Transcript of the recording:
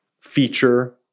feature